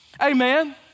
Amen